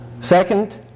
Second